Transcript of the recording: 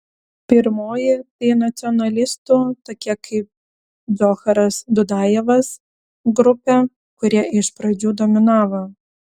pirmoji tai nacionalistų tokie kaip džocharas dudajevas grupė kurie iš pradžių dominavo